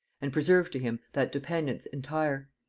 and preserve to him that dependence entire.